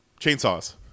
chainsaws